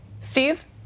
Steve